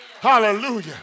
Hallelujah